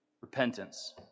repentance